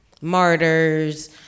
Martyrs